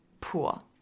pool